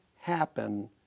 happen